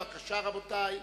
בבקשה, רבותי,